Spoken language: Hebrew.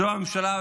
זאת הממשלה.